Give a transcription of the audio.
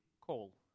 call